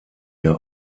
der